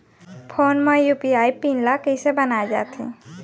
Phone म UPI pin ल कइसे बनाये जाथे?